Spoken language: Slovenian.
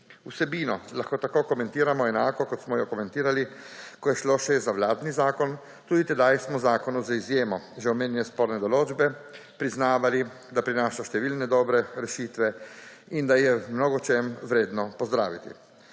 Vsebino lahko tako komentiramo enako, kot smo jo komentirali, ko je šlo še za vladni zakon. Tudi tedaj smo zakonu z izjemo že omenjene sporne določbe priznavali, da prinaša številne dobre rešitve in da ga je v mnogočem vredno pozdraviti.